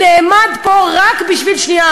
והוא עדי פה לעניין